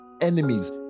enemies